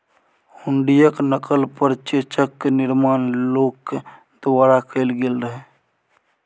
हुंडीयेक नकल पर चेकक निर्माण लोक द्वारा कैल गेल रहय